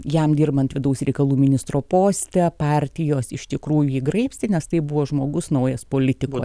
jam dirbant vidaus reikalų ministro poste partijos iš tikrųjų jį graibstė nes tai buvo žmogus naujas politikų